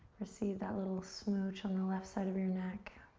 receive that little smooch on the left side of your neck.